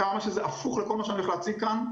כמה שזה הפוך לכל מה שאני הולך להציג כאן,